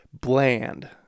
bland